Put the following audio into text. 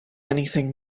anything